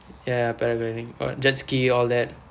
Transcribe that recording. ya ya paragliding or jet ski all that